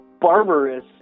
barbarous